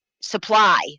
supply